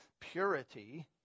purity